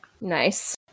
Nice